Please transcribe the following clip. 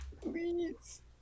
Please